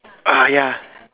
ah ya